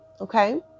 Okay